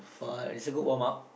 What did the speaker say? far it's a good warm up